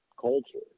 culture